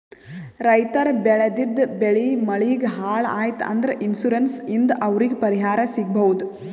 ರೈತರ್ ಬೆಳೆದಿದ್ದ್ ಬೆಳಿ ಮಳಿಗ್ ಹಾಳ್ ಆಯ್ತ್ ಅಂದ್ರ ಇನ್ಶೂರೆನ್ಸ್ ಇಂದ್ ಅವ್ರಿಗ್ ಪರಿಹಾರ್ ಸಿಗ್ಬಹುದ್